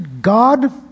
God